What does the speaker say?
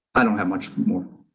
i don't have much more.